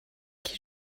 qui